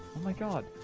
my god